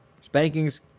spankings